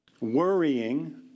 Worrying